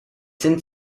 sind